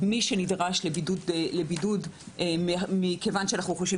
ומי שנדרש לבידוד מכיוון שאנחנו חושבים